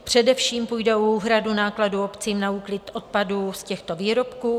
Především půjde o úhradu nákladů obcím na úklid odpadů z těchto výrobků.